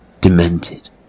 demented